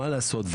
מה לעשות,